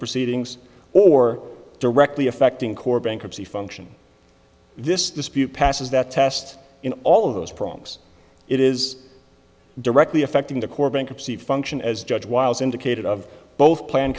proceedings or directly affecting core bankruptcy function this dispute passes that test in all of those problems it is directly affecting the core bankruptcy function as judge wiles indicated of both plan